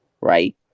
right